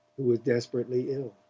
who was desperately ill.